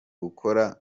gukora